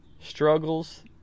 struggles